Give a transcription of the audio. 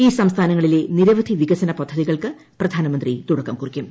ഈ സംസ്ഥാനങ്ങളിലെ നിരവധി വികസന പൃദ്ധതികൾക്ക് പ്രധാനമന്ത്രി തുടക്കം കുറിക്കും